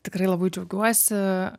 tikrai labai džiaugiuosi